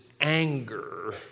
anger